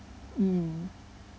mm